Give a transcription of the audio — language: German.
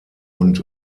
und